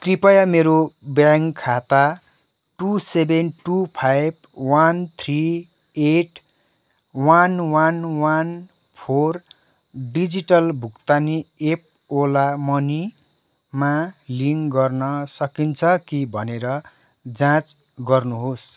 कृपया मेरो ब्याङ्क खाता two seven two five one three eight one one one four digital भुक्तानी app Ola मनीमा लिङ्क गर्न सकिन्छ कि भनेर जाँच गर्नुहोस्